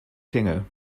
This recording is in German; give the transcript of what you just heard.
klingel